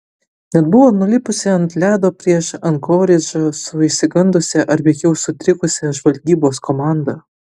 net buvo nulipusi ant ledo prieš ankoridžą su išsigandusia ar veikiau sutrikusia žvalgybos komanda